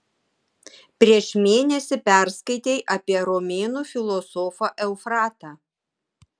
prieš mėnesį perskaitei apie romėnų filosofą eufratą